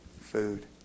food